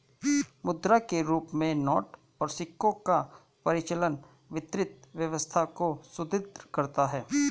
मुद्रा के रूप में नोट और सिक्कों का परिचालन वित्तीय व्यवस्था को सुदृढ़ करता है